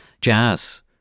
jazz